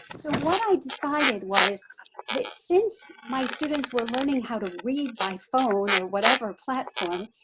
so what i decided was that since my students were learning how to read by phone or whatever platform,